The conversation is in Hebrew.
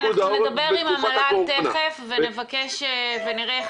אנחנו נדבר תכף עם המל"ל ונראה איך